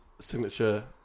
Signature